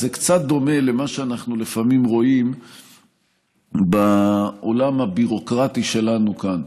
זה קצת דומה למה שאנחנו לפעמים רואים בעולם הביורוקרטי שלנו כאן.